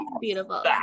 beautiful